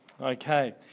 Okay